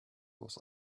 was